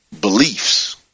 beliefs